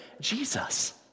Jesus